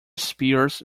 spears